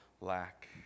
lack